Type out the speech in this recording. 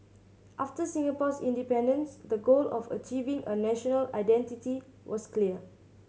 after Singapore's independence the goal of achieving a national identity was clear